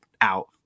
out